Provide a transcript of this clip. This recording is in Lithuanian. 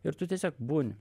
ir tu tiesiog būni